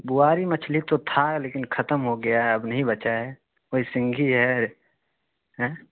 بواری مچھلی تو تھا لیکن ختم ہو گیا ہے اب نہیں بچا ہے وہی سینگھی ہے ایں